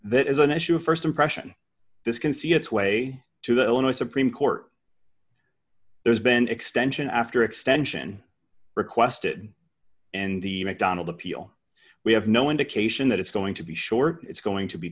that is an issue of st impression this can see its way to the illinois supreme court there's been extension after extension requested and the mcdonald appeal we have no indication that it's going to be short it's going to be